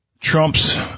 Trump's